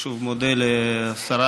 וחוזרת לוועדת החינוך,